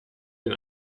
den